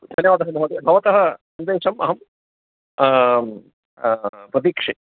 धन्यवादः भवति भवतः सन्देशम् अहं प्रतिक्षे